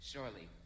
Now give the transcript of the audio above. Surely